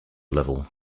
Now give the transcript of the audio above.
level